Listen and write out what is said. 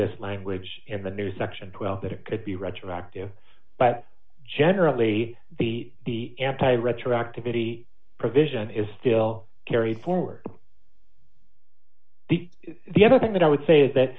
this language in the new section twelve that it could be retroactive but generally the the anti retroactivity provision is still carried forward the the other thing that i would say is that